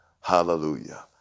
Hallelujah